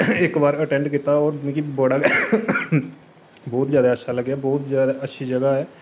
इक बार अटैंड कीता हा ते मिगी बड़ा गै बहुत ज्यादा अच्छा लग्गेआ हा